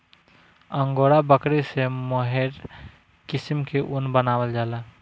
angora बकरी से mohair किसिम के ऊन बनावल जाला